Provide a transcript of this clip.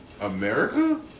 America